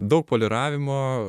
daug poliravimo